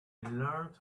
learned